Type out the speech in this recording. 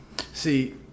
See